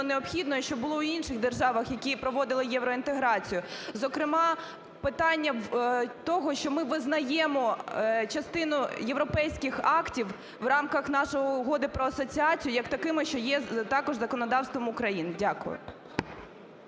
необхідно і що було в інших державах, які проводили євроінтеграцію? Зокрема, питання того, що ми визнаємо частину європейських актів в рамках нашої Угоди про асоціацію як такими, що є також законодавством України? Дякую.